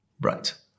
Right